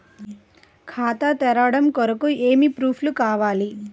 ఖాతా తెరవడం కొరకు ఏమి ప్రూఫ్లు కావాలి?